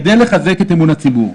כדי לחזק את אמון הציבור,